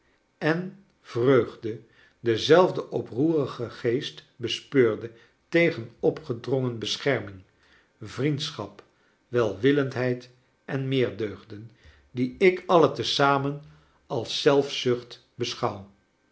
en vreugde denzelfden oproerigen geest bespeurde tegen opgedrongen bescherming vriendschap welwillendheid en meer deugden die ik alle te zamen als zelfzucht beschouw